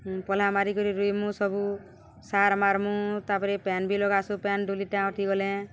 ପଲା ମାରିିକରି ରୁଇମୁ ସବୁ ସାର୍ ମାର୍ମୁଁ ତା'ପରେ ପେନ୍ ବି ଲଗାସୁଁ ପେନ୍ ଡୁଲିଟା ଅଟି ଗଲେ